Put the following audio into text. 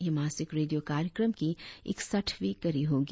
यह मासिक रेडियो कार्यक्रम की इकसठवीं कड़ी होगी